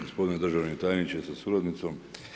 Gospodine državni tajniče sa suradnicom.